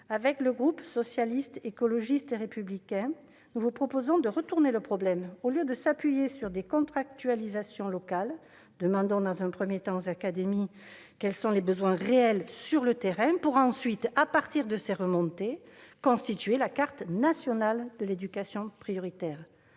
du groupe Socialiste, Écologiste et Républicain, je vous propose de retourner le problème : au lieu de s'appuyer sur des contractualisations locales, demandons dans un premier temps aux académies quels sont les besoins réels sur le terrain, pour ensuite, à partir de ces remontées, dessiner la carte nationale de l'éducation prioritaire.